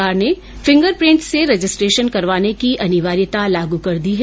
सरकार ने fingerprint से रजिस्ट्रेशन करवाने की अनिवार्यता लागू कर दी है